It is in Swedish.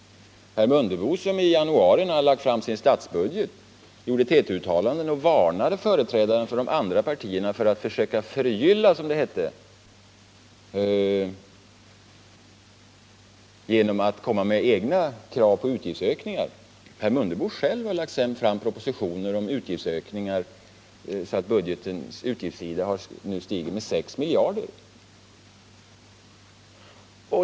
Herr Mundebo som i januari, när han lagt fram sin statsbudget, gjorde TT-uttalanden och varnade företrädarna för de andra partierna för att försöka förgylla, som det hette, genom att komma med egna krav på utgiftsökningar, har sedan lagt fram propositioner om utgiftsökningar så att budgetens utgiftssida har ökat med 6 miljarder.